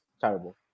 terrible